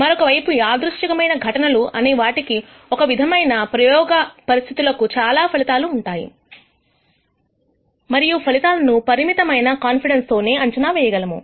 మరొకవైపు అనిర్దిష్టఘటనలు అనే వాటికి ఒకే విధమైన ప్రయోగ పరిస్థితుల కు చాలా ఫలితాలు ఉంటాయి మరియు ఫలితాలను పరిమితమైన కాన్ఫిడెన్స్ తోనే అంచనా వేయగలము